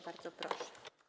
Bardzo proszę.